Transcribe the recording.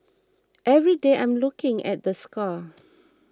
every day I'm looking at the scar